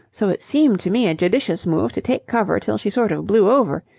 so it seemed to me a judicious move to take cover till she sort of blew over.